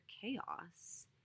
chaos